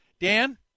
Dan